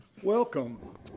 Welcome